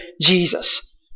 Jesus